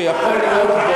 שיכול להיות בו,